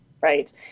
Right